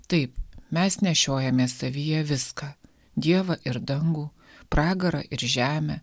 taip mes nešiojamės savyje viską dievą ir dangų pragarą ir žemę